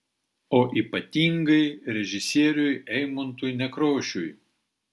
o ypatingai režisieriui eimuntui nekrošiui